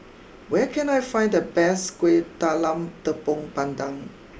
where can I find the best Kueh Talam Tepong Pandan